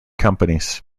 companies